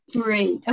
Great